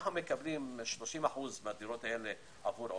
אנחנו מקבלים 30% מהדירות האלה עבור עולים,